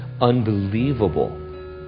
unbelievable